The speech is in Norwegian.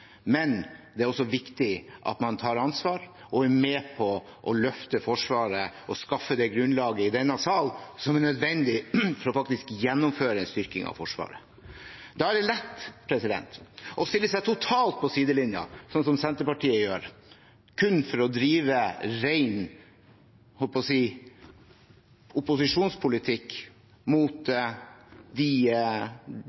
men det er også viktig at man tar ansvar og er med på å løfte Forsvaret og skaffe det grunnlaget i denne sal som er nødvendig for faktisk å gjennomføre en styrking av Forsvaret. Da er det lett å stille seg totalt på sidelinjen, slik Senterpartiet gjør, kun for å drive ren opposisjonspolitikk mot